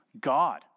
God